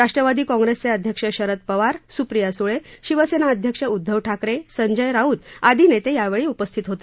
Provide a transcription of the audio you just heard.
राष्ट्रवादी काँग्रेसचे अध्यक्ष शरद पवार सुप्रिया सुळे शिवसेना अध्यक्ष उद्धव ठाकरे संजय राऊत आदी यावेळी उपस्थित होते